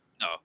No